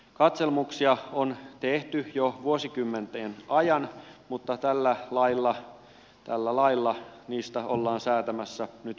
katselmuksia on tehty jo vuosikymmenten ajan mutta tällä lailla niistä ollaan säätämässä nyt pakollisia